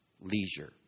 Leisure